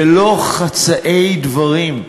ולא חצאי דברים.